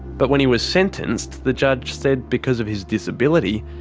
but when he was sentenced the judge said because of his disability,